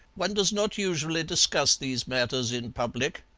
one does not usually discuss these matters in public,